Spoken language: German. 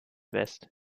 west